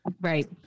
Right